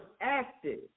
active